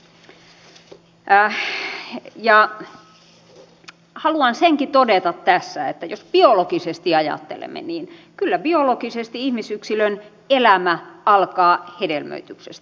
haluan senkin todeta tässä että jos biologisesti ajattelemme niin kyllä biologisesti ihmisyksilön elämä alkaa hedelmöityksestä